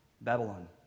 Babylon